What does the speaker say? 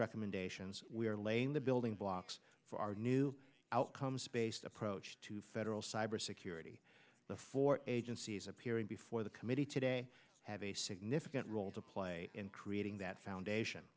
recommendations we are laying the building blocks for our new outcomes based approach to federal cybersecurity the four agencies appearing before the committee today have a significant role to play in creating that foundation